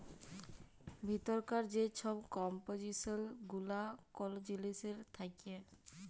ভিতরকার যে ছব কম্পজিসল গুলা কল জিলিসের থ্যাকে